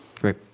Great